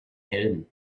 hidden